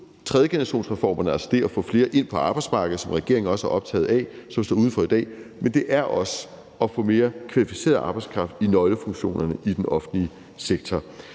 tredjegenerationsreformerne, altså det at få flere, som står uden for i dag, ind på arbejdsmarkedet, som regeringen også er optaget af, men det er også at få mere kvalificeret arbejdskraft i nøglefunktionerne i den offentlige sektor.